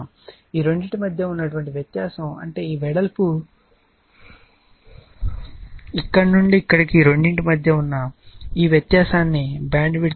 ఈ రెండింటి మధ్య ఉన్న వ్యత్యాసం అంటే ఈ వెడల్పు ఇక్కడ నుండి ఇక్కడకు ఈ రెండింటి మధ్య ఉన్న ఈ వ్యత్యాసాన్ని బ్యాండ్విడ్త్ అంటారు